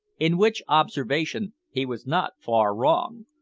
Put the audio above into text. in which observation he was not far wrong,